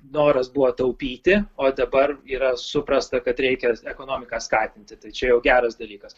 noras buvo taupyti o dabar yra suprasta kad reikia ekonomiką skatinti tai čia jau geras dalykas